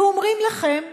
אומרים לכם בבית-המשפט: